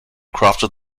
crafted